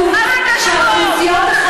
קוראת אותך